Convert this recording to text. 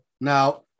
Now